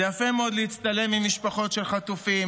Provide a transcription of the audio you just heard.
זה יפה מאוד להצטלם עם משפחות של חטופים,